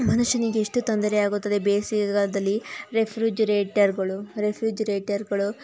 ಮನುಷ್ಯನಿಗೆ ಎಷ್ಟು ತೊಂದರೆಯಾಗುತ್ತದೆ ಬೇಸಿಗೆಗಾಲದಲ್ಲಿ ರೆಫ್ರಿಜರೇಟರ್ಗಳು ರೆಫ್ರಿಜರೇಟರ್ಗಳು